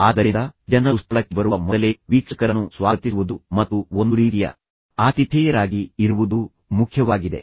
ಆದ್ದರಿಂದ ಜನರು ಸ್ಥಳಕ್ಕೆ ಬರುವ ಮೊದಲೇ ವೀಕ್ಷಕರನ್ನು ಸ್ವಾಗತಿಸುವುದು ಮತ್ತು ಒಂದು ರೀತಿಯ ಆತಿಥೇಯರಾಗಿ ಇರುವುದು ಮುಖ್ಯವಾಗಿದೆ